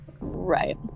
Right